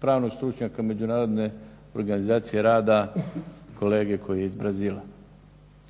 pravnog stručnjaka Međunarodne organizacije rada kolege koji je iz Brazila.